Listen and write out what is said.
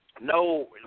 no